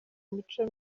imico